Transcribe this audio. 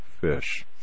fish